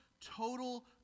total